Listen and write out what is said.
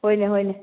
ꯍꯣꯏꯅꯦ ꯍꯣꯏꯅꯦ